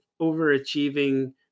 overachieving